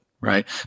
right